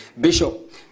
Bishop